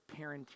parenting